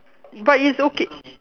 but it's okay